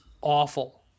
awful